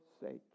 sake